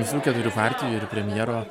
visų keturių partijų ir premjero